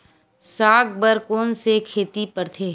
साग बर कोन से खेती परथे?